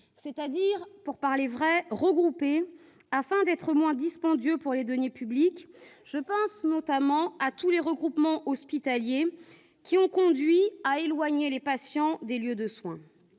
c'est-à-dire regroupés afin d'être moins dispendieux pour les deniers publics. Je pense notamment à tous les regroupements hospitaliers, qui ont conduit à éloigner les patients des lieux de soins.